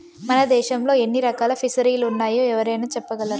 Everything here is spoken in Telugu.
మన దేశంలో ఎన్ని రకాల ఫిసరీలున్నాయో ఎవరైనా చెప్పగలరా